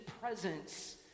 presence